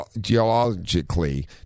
geologically